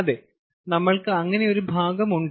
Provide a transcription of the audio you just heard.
അതെ നമ്മൾക്ക് അങ്ങനെ ഒരു ഭാഗം ഉണ്ട്